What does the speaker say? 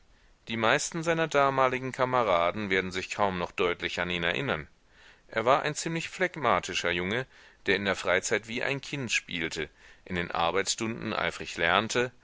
die meisten seiner damaligen kameraden werden sich kaum noch deutlich an ihn erinnern er war ein ziemlich phlegmatischer junge der in der freizeit wie ein kind spielte in den arbeitsstunden eifrig lernte